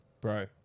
Bro